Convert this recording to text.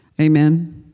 Amen